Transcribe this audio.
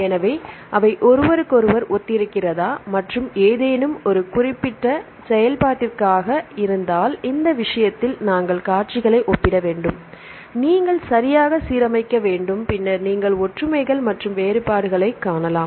எனவே அவை ஒருவருக்கொருவர் ஒத்திருக்கிறதா மற்றும் ஏதேனும் ஒரு குறிப்பிட்ட செயல்பாட்டிற்காக இருந்தால் இந்த விஷயத்தில் நாங்கள் காட்சிகளை ஒப்பிட வேண்டும் நீங்கள் சரியாக சீரமைக்க வேண்டும் பின்னர் நீங்கள் ஒற்றுமைகள் மற்றும் வேறுபாடுகளைக் காணலாம்